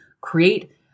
create